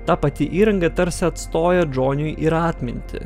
ta pati įranga tarsi atstoja džoniui ir atmintį